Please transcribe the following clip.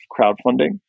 crowdfunding